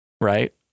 right